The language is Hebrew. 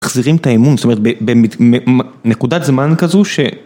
מחזירים את האמון, זאת אומרת, בנקודת זמן כזו ש...